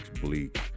bleak